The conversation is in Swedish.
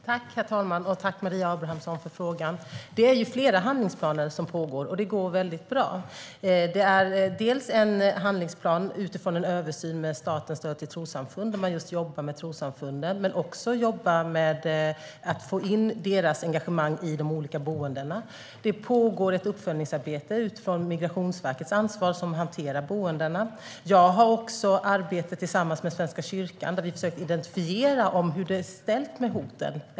Herr talman! Tack, Maria Abrahamsson, för frågan! Det är flera handlingsplaner som pågår, och det går väldigt bra. En handlingsplan utgår från en översyn av statens stöd till trossamfund. Man jobbar med trossamfunden men också med att få in deras engagemang i de olika boendena. Det pågår ett uppföljningsarbete utifrån Migrationsverkets ansvar som hanterar boendena. Jag har också ett arbete tillsammans med Svenska kyrkan där vi försöker identifiera hur det är ställt med hoten.